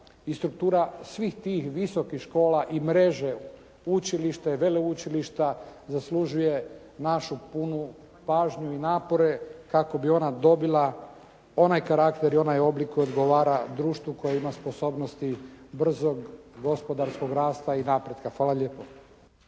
struktura svih tih visokih škola i mreže učilišta, veleučilišta zaslužuje našu punu pažnju i napore kako bi ona dobila onaj karakter i onaj oblik koji odgovara društvu koje ima sposobnosti brzog gospodarskog rasta i napretka. Hvala lijepo.